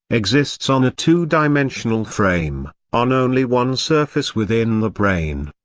exists on a two dimensional frame, on only one surface within the brain.